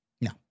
No